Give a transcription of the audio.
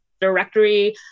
directory